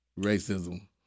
Racism